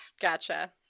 Gotcha